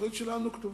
התוכנית שלנו כתובה.